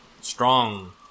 strong